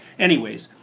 anyways,